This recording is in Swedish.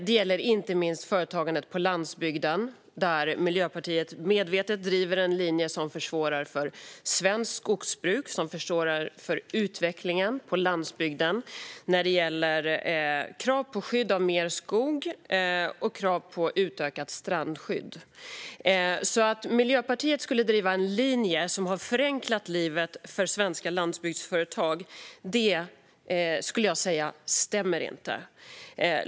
Det gäller inte minst företagandet på landsbygden, där Miljöpartiet medvetet driver en linje som försvårar för svenskt skogsbruk och för utvecklingen på landsbygden när det gäller krav på skydd av mer skog och krav på utökat strandskydd. Att Miljöpartiet skulle driva en linje som har förenklat livet för svenska landsbygdsföretag - det, skulle jag säga, stämmer inte.